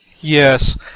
Yes